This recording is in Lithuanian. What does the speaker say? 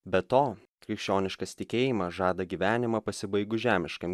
be to krikščioniškas tikėjimas žada gyvenimą pasibaigus žemiškam